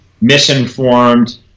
misinformed